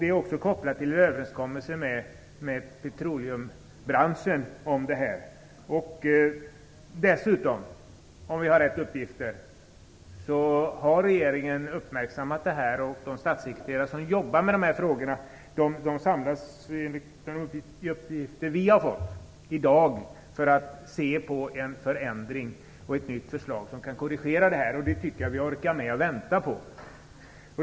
Det är också kopplat till överenskommelser med petroleumbranschen. Om vi har rätt uppgifter har dessutom regeringen uppmärksammat frågan. De statssekreterare som jobbar med dessa frågot samlas enligt de uppgifter vi har fått i dag för att diskutera en förändring och ett nytt förslag som kan korrigera misstaget. Det tycker jag att vi orkar med att vänta på.